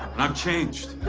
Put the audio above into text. and i've changed.